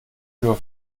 jour